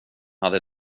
hade